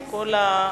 עם כל ההתחשבות.